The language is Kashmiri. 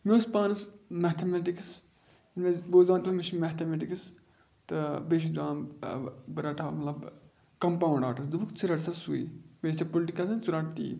مےٚ اوس پانَس میتھامیٹِکٕس مےٚ ٲسۍ بوزان تِم مےٚ چھِ میتھامیٹِکٕس تہٕ بیٚیہِ چھُس دِوان بہٕ رَٹہا مطلب کَمپاوُنٛڈ آرٹٕس دوٚپُکھ ژٕ رَٹ سا سُے بیٚیہِ ژےٚ پُلٹِکَلہٕ ژٕ رَٹہٕ تی